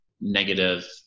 negative